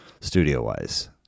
studio-wise